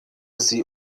sie